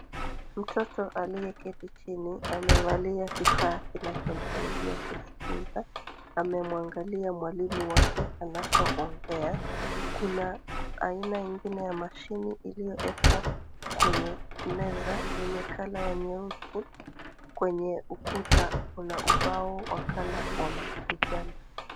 Mtoto aliyeketi chini, amevalia kifaa kinachomsaidia kusikiza, amemwangalia mwalimu wake, anapoongea. Kuna aina ingine ya mashine ilioekwa kwenye meza, yenye colour ya nyeusi, kwenye ukuta kuna ubao wa colour ya kijani.